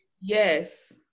Yes